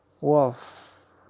Wolf